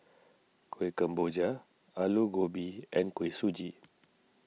Kueh Kemboja Aloo Gobi and Kuih Suji